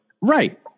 Right